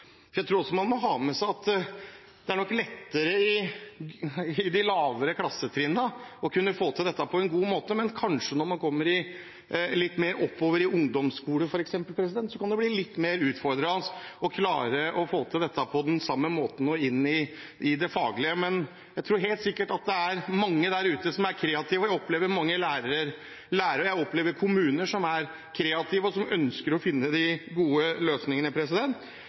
klasse. Jeg tror man må ha med seg at det nok er lettere å kunne få til dette på en god måte på de lavere klassetrinnene. Når man f.eks. kommer litt mer oppover i ungdomsskolen, kan det kanskje bli litt mer utfordrende å klare å få til dette på den samme måten og inn i det faglige. Jeg tror helt sikkert at det er mange der ute som er kreative. Jeg opplever mange lærere og kommuner som er kreative. og som ønsker å finne de gode løsningene.